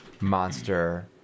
monster